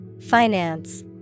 Finance